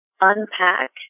unpack